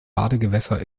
badegewässer